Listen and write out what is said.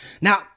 Now